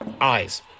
Eyes